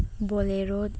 bolero